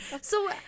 So-